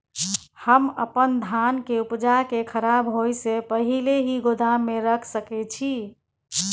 हम अपन धान के उपजा के खराब होय से पहिले ही गोदाम में रख सके छी?